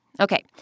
Okay